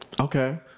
Okay